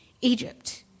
Egypt